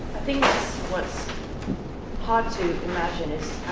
think what's hard to imagine is,